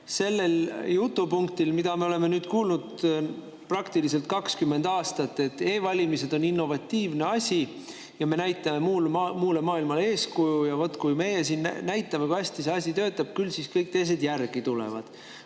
sellel jutupunktil, mida me oleme kuulnud praktiliselt 20 aastat, et e‑valimised on innovatiivne asi ja me näitame muule maailmale eeskuju ja kui meie siin näitame, kui hästi see asi töötab, küll siis kõik teised järele tulevad.